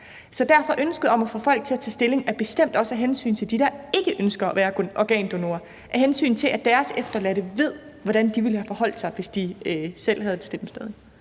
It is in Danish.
Så derfor er ønsket om at få folk til at tage stilling bestemt også af hensyn til dem, der ikke ønsker at være organdonorer, af hensyn til at deres efterladte ved, hvordan de ville have forholdt sig, hvis de selv havde bestemt.